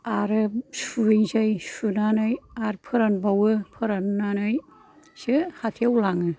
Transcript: आरो सुहैनोसै सुनानै आरो फोरानबावो फोराननानैसो हाथायाव लाङो